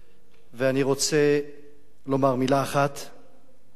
אני רוצה לומר מלה אחת או שתיים